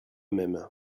même